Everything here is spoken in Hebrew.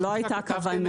אז לא הייתה כוונה כזאת.